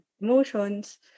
emotions